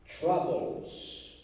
troubles